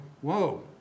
whoa